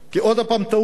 טעות שלנו,